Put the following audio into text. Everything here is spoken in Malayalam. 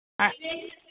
ആ